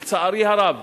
לצערי הרב.